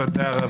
תודה רבה.